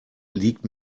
liegt